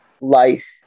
Life